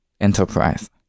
Enterprise